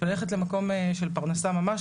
וללכת למקום של פרנסה ממש,